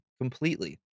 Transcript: completely